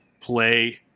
play